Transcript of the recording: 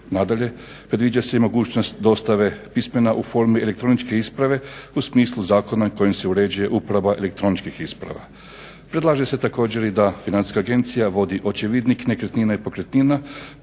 Nadalje, predviđa se i mogućnost dostave pismena u formi elektroničke isprave u smislu zakona kojim se uređuje uporaba elektroničkih isprava. Predlaže se također i da Financijska agencija vodi očevidnik nekretnina i pokretnina